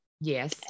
yes